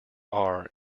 are